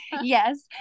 Yes